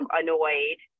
annoyed